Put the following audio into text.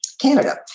Canada